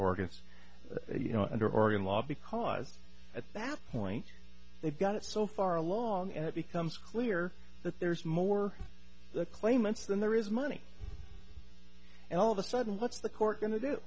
organs you know under oregon law because at that point they've got it so far along and it becomes clear that there's more the claimants than there is money and all of a sudden what's the court going to do